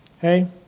Hey